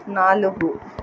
నాలుగు